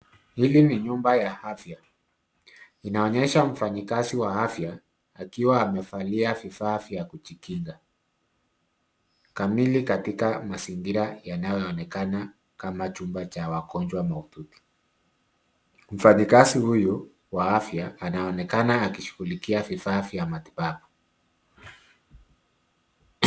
Hii ni nyumba ya afya. Inaonyesha mfanyikazi wa afya akiwa amevalia vifaa vya kujikinga kamili, katika mazingira yanayoonekana kama chumba cha wagonjwa mahututi. Mfanyikazi huyu wa afya anaonekana akishughulikia vifaa vya matibabu.